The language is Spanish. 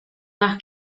más